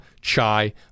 chai